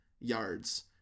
yards